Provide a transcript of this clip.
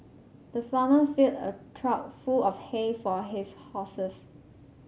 the farmer filled a trough full of hay for his horses